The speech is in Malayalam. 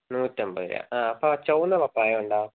നൂറ്റി അമ്പത് രൂപ ആ അപ്പം ആ ചുമന്ന പപ്പായ ഉണ്ടോ